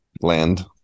land